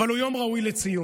אבל הוא יום ראוי לציון.